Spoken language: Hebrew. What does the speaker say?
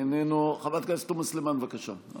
זה לא יקרה,